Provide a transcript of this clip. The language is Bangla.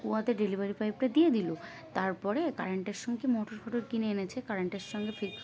কুয়াতে ডেলিভারি পাইপটা দিয়ে দিল তারপরে কারেন্টের সঙ্গে মোটর ফোটর কিনে এনেছে কারেন্টের সঙ্গে ফিক্স